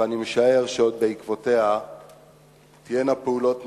ואני משער שבעקבותיה תהיינה עוד פעולות נוספות.